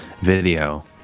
video